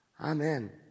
Amen